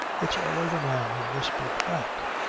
it's all over now, he whispered back.